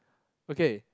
okay